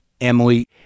Emily